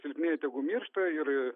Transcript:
kilmė tegu miršta ir